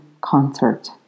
concert